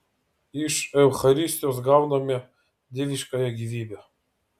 iš eucharistijos gauname dieviškąją gyvybę